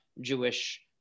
Jewish